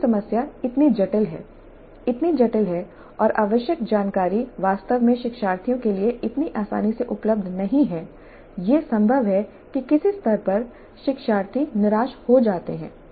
यदि समस्या इतनी जटिल है इतनी जटिल है और आवश्यक जानकारी वास्तव में शिक्षार्थियों के लिए इतनी आसानी से उपलब्ध नहीं है यह संभव है कि किसी स्तर पर शिक्षार्थी निराश हो जाते हैं